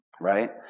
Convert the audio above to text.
right